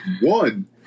one